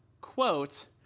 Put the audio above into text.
quote